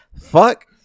fuck